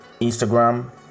instagram